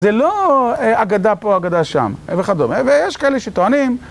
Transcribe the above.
זה לא אגדה פה, אגדה שם וכדומה, ויש כאלה שטוענים.